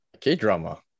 K-drama